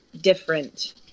different